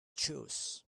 choose